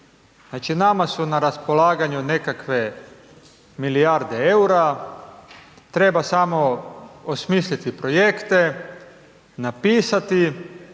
nama su na raspolaganju nekakve milijarde EUR-a, treba samo osmisliti projekte, napisati